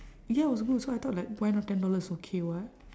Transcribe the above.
ya was good so I thought like why not ten dollars okay [what]